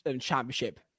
championship